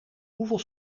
hoeveel